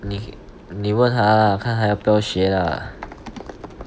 你 你问他 lah 看他要不要学 lah